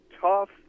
tough